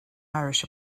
irish